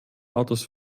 autos